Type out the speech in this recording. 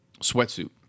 sweatsuit